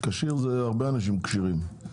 הרבה אנשים כשרים.